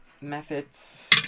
Methods